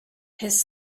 his